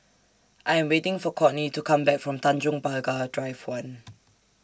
I Am waiting For Courtney to Come Back from Tanjong Pagar Drive one